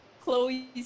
Chloe